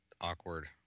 awkward